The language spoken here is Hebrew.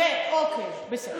אוקיי, בסדר.